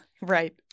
Right